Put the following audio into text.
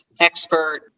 expert